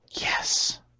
Yes